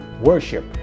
worship